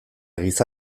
giza